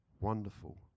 wonderful